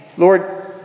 Lord